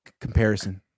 Comparison